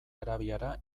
arabiara